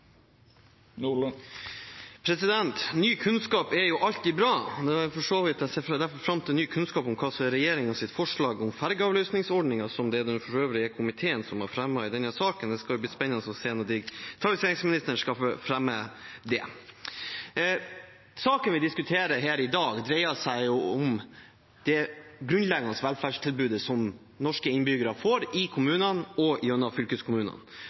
Ny kunnskap er jo alltid bra. Derfor ser jeg for så vidt fram til ny kunnskap om regjeringens forslag om fergeavløsningsordningen, som det for øvrig er komiteen som har fremmet i denne saken. Det skal bli spennende å se når distrikts- og digitaliseringsministeren skal fremme det. Saken vi diskuterer her i dag, dreier seg om det grunnleggende velferdstilbudet norske innbyggere får i kommunene og gjennom fylkeskommunene.